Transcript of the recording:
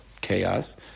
chaos